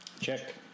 Check